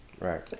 Right